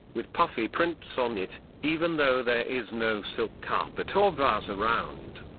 with puffy prints on it, even though there is no silk carpet or vase around.